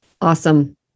awesome